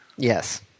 Yes